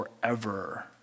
forever